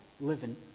living